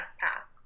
path